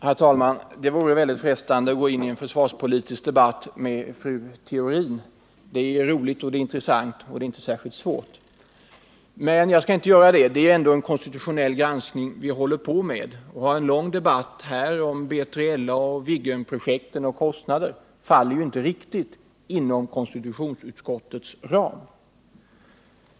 Herr talman! Det vore väldigt frestande att gå in i en försvarspolitisk debatt med fru Theorin. Det är roligt, intressant och inte särskilt svårt. Men jag skall inte göra det. Det är ändå en konstitutionell granskning vi håller på med, och en lång debatt om B3LA:s och Viggenprojektets kostnader faller inte inom ramen för detta betänkande från konstitutionsutskottet.